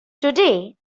today